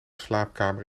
slaapkamer